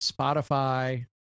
Spotify